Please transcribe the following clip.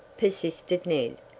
persisted ned.